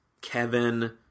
Kevin